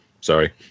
Sorry